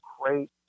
great